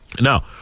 Now